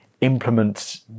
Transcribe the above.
implement